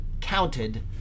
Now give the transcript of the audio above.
counted